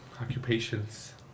occupations